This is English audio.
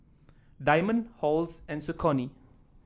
Diamond Halls and Saucony